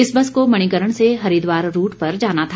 इस बस को मणिकरण से हरिद्वार रूट पर जाना था